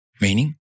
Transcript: Meaning